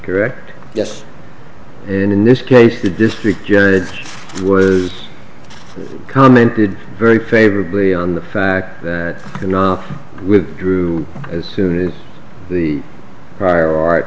correct yes and in this case the district judge was commented very favorably on the fact that not withdrew as soon as the prior art